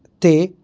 ਅਤੇ